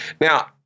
Now